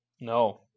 No